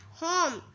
home